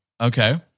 Okay